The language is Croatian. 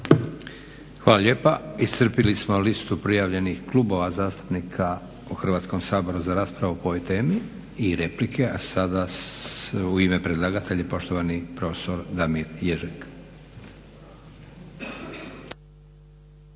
Hvala lijepa. Iscrpili smo listu prijavljenih klubova zastupnika u Hrvatskom saboru za raspravu po ovoj temi i replike. A sada u ime predlagatelja poštovani profesor Damir Ježek.